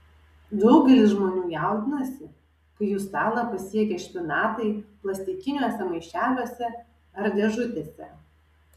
daugelis žmonių jaudinasi kai jų stalą pasiekia špinatai plastikiniuose maišeliuose ar dėžutėse